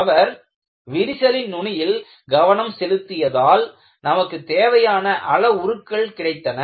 அவர் விரிசலின் நுனியில் கவனம் செலுத்தியதால் நமக்கு தேவையான அளவுருட்கள் கிடைத்தன